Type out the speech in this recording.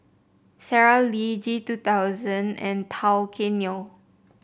Sara Lee G two thousand and Tao Kae Noi